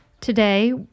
Today